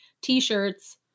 t-shirts